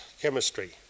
chemistry